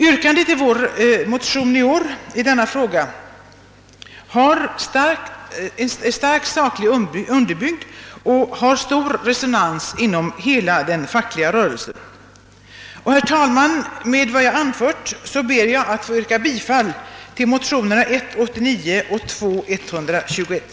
Yrkandet i vår motion i år i denna fråga är sakligt starkt underbyggt och har stor resonans inom hela den fackliga rörelsen. Med vad jag här har anfört ber jag att få yrka bifall till motionerna 1:89 och 11: 121.